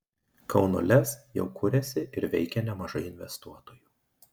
kauno lez jau kuriasi ar veikia nemažai investuotojų